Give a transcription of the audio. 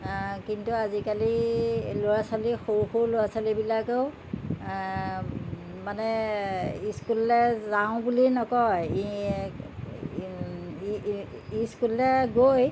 কিন্তু আজিকালি ল'ৰা ছোৱালী সৰু সৰু ল'ৰা ছোৱালীবিলাকেও মানে ইস্কুললৈ যাওঁ বুলি নকয় ইস্কুললৈ গৈ